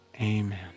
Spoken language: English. Amen